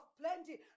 plenty